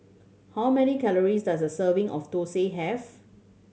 how many calories does a serving of thosai have